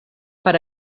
per